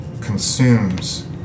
consumes